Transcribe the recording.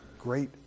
great